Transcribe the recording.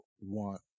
want